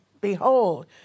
Behold